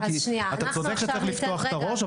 כי אתה צודק שצריך לפתוח את הראש,